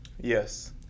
yes